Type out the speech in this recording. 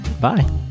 Bye